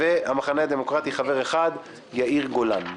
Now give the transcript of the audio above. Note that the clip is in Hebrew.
מהמחנה הדמוקרטי חבר אחד יאיר גולן.